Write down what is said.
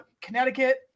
Connecticut